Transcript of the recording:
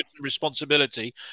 responsibility